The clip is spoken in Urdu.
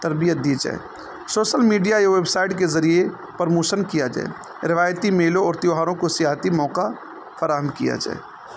تربیت دی جائے شوسل میڈیا یہ ویب سائٹ کے ذریعے پرموشن کیا جائے روایتی میلوں اور تیوہاروں کو سیاحتی موقع فراہم کیا جائے